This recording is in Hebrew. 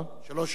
שלוש שנים.